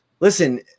Listen